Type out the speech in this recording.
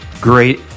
great